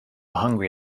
hungry